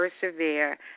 persevere